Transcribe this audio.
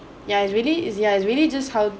yeah it really is yeah it's really just how